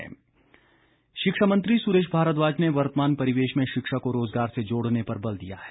सुरेश भारद्वाज शिक्षा मंत्री सुरेश भारद्वाज ने वर्तमान परिवेश में शिक्षा को रोजगार से जोड़ने पर बल दिया है